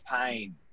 pain